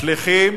שליחים